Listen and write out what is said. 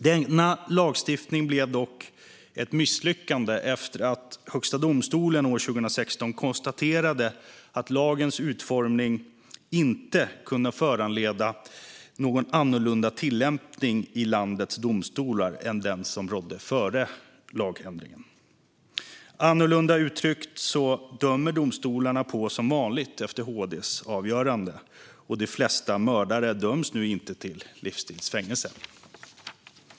Denna lagstiftning blev dock ett misslyckande efter att Högsta domstolen år 2016 konstaterade att lagens utformning inte kunde föranleda någon annorlunda tillämpning i landets domstolar än den som rådde före lagändringen. Annorlunda uttryckt: Domstolarna dömer på som vanligt efter HD:s avgörande, och de flesta mördare döms nu inte till livstids fängelse.